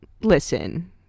listen